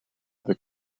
the